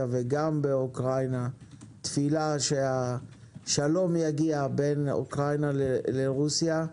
וגם באוקראינה תפילה שהשלום יגיע בין אוקראינה לרוסיה,